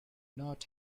not